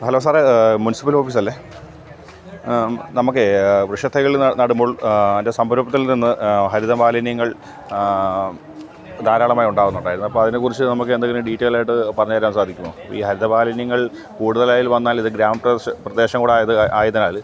hello സാറേ municipal ഓഫീസല്ലേ നമ്മുക്കെ വൃക്ഷത്തൈകൾ നടുമ്പോൾ അതിൻ്റെ സംരംഭത്തിൽ നിന്ന് ഹരിത മാലിന്യങ്ങൾ ധാരാളമായി ഉണ്ടാവുന്നുണ്ടായിരുന്നു അപ്പോള് അതിനെക്കുറിച്ച് നമുക്ക് എന്തെങ്കിലും ഡീറ്റെയിലായിട്ട് പറഞ്ഞു തരാൻ സാധിക്കുമോ ഈ ഹരിതമാലിന്യങ്ങൾ കൂടുതലായാൽ വന്നാൽ ഇത് ഗ്രാമപ്രശം പ്രദേശം കൂടി ആയത് ആയതിനാൽ